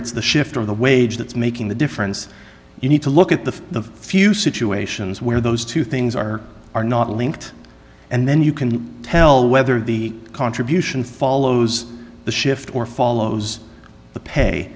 it's the shift of the wage that's making the difference you need to look at the few situations where those two things are are not linked and then you can tell whether the contribution follows the shift or follows the pay